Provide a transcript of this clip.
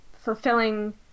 fulfilling